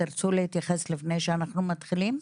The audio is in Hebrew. תרצו להתייחס לפני שאנחנו מתחילים?